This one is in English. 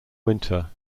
winter